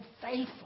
faithful